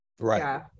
Right